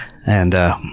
and